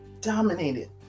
dominated